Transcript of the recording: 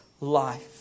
life